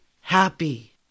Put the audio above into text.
happy